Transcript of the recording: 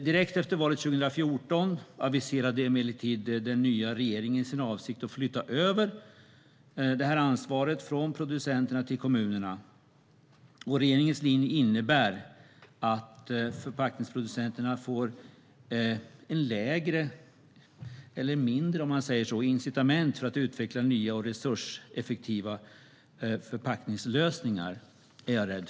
Direkt efter valet 2014 aviserade emellertid den nya regeringen sin avsikt att flytta över ansvaret från producenterna till kommunerna. Regeringens linje innebär att förpackningsproducenterna får mindre incitament för att utveckla nya och resurseffektiva förpackningslösningar.